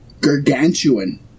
Gargantuan